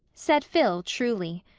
said phil, truly.